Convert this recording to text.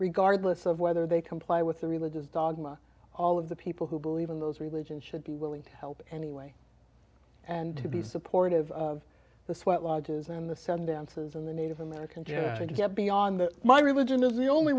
regardless of whether they comply with the religious dogma all of the people who believe in those religions should be willing to help anyway and to be supportive of the sweat lodges in the sun dances in the native american to get beyond my religion is the only